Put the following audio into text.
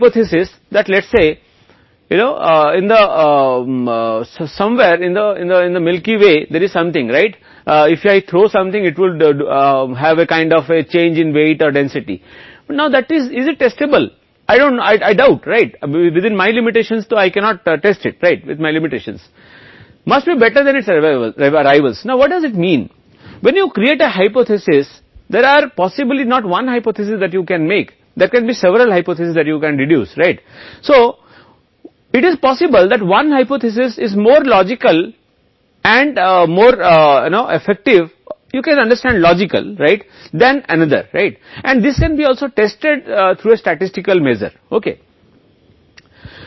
मान लीजिए कि आप कहीं न कहीं दूधिया तरीके से जानते हैं कि कुछ ऐसा होता है जो वजन या घनत्व में एक प्रकार का बदलाव होता है लेकिन अब यह है कि क्या यह परीक्षण योग्य है मुझे नहीं पता कि मुझे अपनी सीमाओं के भीतर संदेह है कि मैं अपनी सीमाओं के साथ सही परीक्षण नहीं कर सकता इससे बेहतर है कि आप वहां परिकल्पना बनाते हैं संभवतः एक परिकल्पना नहीं है जिसे आप बना सकते हैं जो कई परिकल्पना हो सकती है जो आप कर सकते हैं तो यह संभव है कि एक परिकल्पना अधिक तार्किक हो